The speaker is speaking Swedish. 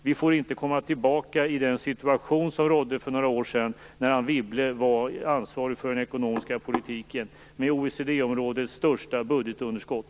Vi får inte åter hamna i den situation som rådde för några år sedan då Anne Wibble var ansvarig för en ekonomisk politik som ledde till OECD-områdets största budgetunderskott.